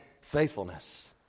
faithfulness